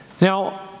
Now